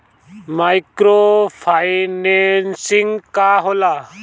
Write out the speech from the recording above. Micro financing का होला?